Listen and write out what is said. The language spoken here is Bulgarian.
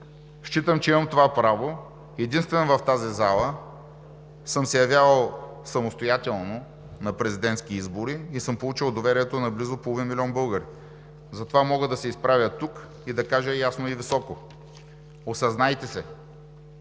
Считам, че имам това право – единствен в тази зала съм се явявал самостоятелно на президентски избори и съм получил доверието на близо половин милион българи. Затова мога да се изправя тук и да кажа ясно и високо: осъзнайте се!